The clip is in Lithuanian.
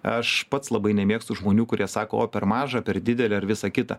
aš pats labai nemėgstu žmonių kurie sako oj per maža per didelė ar visą kitą